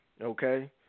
Okay